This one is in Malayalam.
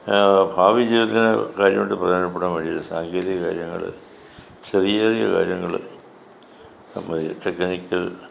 ഭാവി ജീവിതത്തിന് കാര്യമായിട്ട് പ്രയോജനപ്പെടാൻ വഴിയില്ല സാങ്കേതിക കാര്യങ്ങൾ ചെറിയ ചെറിയ കാര്യങ്ങൾ അപ്പം ഈ ടെകനിക്കൽ